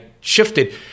shifted